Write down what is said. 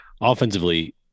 offensively